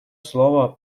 слово